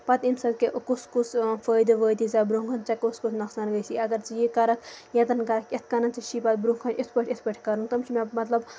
پَتہٕ ییٚمہِ سۭتۍ کُس کُس فٲیدٕ وٲتی ژٕ برونٛہہ کُن ژےٚ کُس کُس نۄقصان گژھی اَگر ژٕ یہِ کَرکھ ییٚتٮ۪ن کرکھ یِتھ کَنتیتھ ژےٚ چھُے پَتہٕ برونٛہہ کُن یِتھ پٲٹھۍ یِتھ پٲٹھۍ کَرُن تِم چھُ مےٚ مطلب